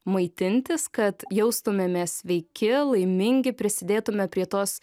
maitintis kad jaustumėmės sveiki laimingi prisidėtume prie tos